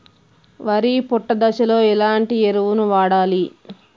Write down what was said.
వరి పొట్ట దశలో ఎలాంటి ఎరువును వాడాలి?